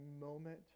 moment